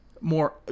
more